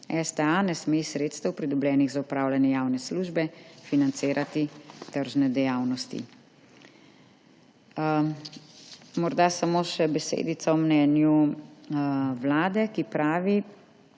STA ne sme iz sredstev, pridobljenih za opravljanje javne službe, financirati tržne dejavnosti. Morda samo še besedica o mnenju Vlade, ki pravi: